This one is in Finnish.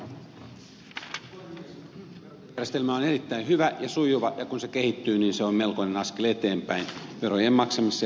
verotilijärjestelmä on erittäin hyvä ja sujuva ja kun se kehittyy se on melkoinen askel eteenpäin verojen maksamisessa ja perinnässä